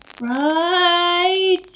Right